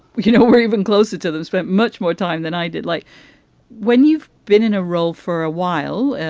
you know, we're even closer to them spent much more time than i did. like when you've been in a role for a while.